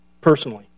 personally